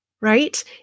Right